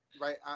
right